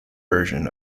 version